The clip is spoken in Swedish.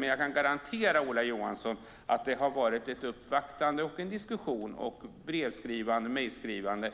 Men jag kan garantera Ola Johansson att det har varit ett uppvaktande och en diskussion, brevskrivande och mejlskrivande